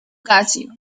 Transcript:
casio